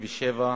97),